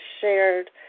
shared